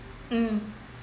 mm